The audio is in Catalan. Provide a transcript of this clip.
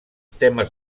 temes